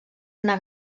una